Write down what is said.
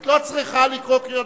אתה רוצה להפריע?